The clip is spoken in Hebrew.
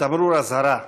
כתמרור אזהרה: